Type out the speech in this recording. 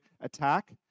attack